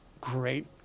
great